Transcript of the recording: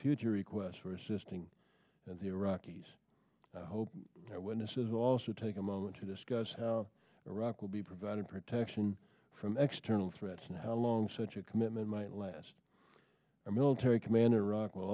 future requests for assisting the iraqis i hope that witnesses also take a moment to discuss how iraq will be provided protection from external threats and how long such a commitment might last a military command iraq will